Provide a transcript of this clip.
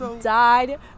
died